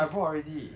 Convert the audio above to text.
I brought already